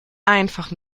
einfach